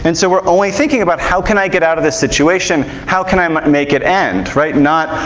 and so we're only thinking about how can i get out of this situation? how can i um make it end, right? not,